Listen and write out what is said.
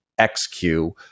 XQ